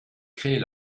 créer